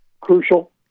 crucial